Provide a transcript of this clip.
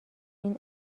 این